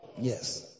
Yes